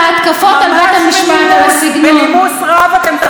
אחרי שנים שאתם מאשימים אותי בחוסר נימוס,